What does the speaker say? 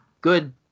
Good